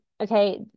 Okay